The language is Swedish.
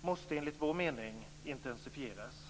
måste enligt vår mening intensifieras.